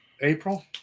April